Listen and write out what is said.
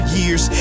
years